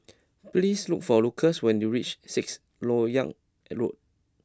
please look for Lucas when you reach Sixth Lok Yang Road